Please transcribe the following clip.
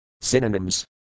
Synonyms